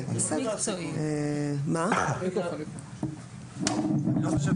אני לא חושב